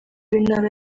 w’intara